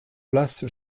place